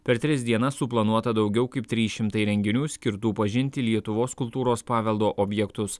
per tris dienas suplanuota daugiau kaip trys šimtai renginių skirtų pažinti lietuvos kultūros paveldo objektus